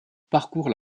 parcourent